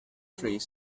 tree